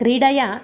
क्रीडया